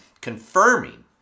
confirming